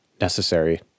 necessary